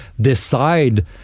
decide